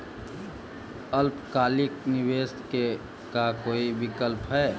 अल्पकालिक निवेश के का कोई विकल्प है?